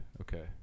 okay